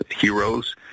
heroes